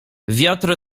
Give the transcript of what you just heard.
wiatr